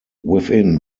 within